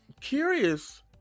curious